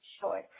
Sure